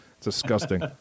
disgusting